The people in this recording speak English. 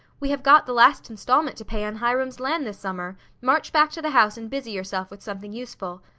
we have got the last installment to pay on hiram's land this summer. march back to the house and busy yourself with something useful!